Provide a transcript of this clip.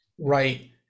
Right